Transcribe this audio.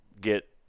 get